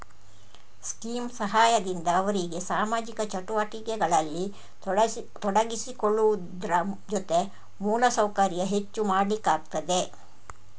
scheme ಸಹಾಯದಿಂದ ಅವ್ರಿಗೆ ಸಾಮಾಜಿಕ ಚಟುವಟಿಕೆಗಳಲ್ಲಿ ತೊಡಗಿಸಿಕೊಳ್ಳುವುದ್ರ ಜೊತೆ ಮೂಲ ಸೌಕರ್ಯ ಹೆಚ್ಚು ಮಾಡ್ಲಿಕ್ಕಾಗ್ತದೆ